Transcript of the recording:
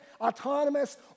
autonomous